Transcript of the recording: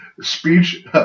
speech